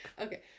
Okay